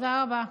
תודה רבה.